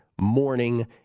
morning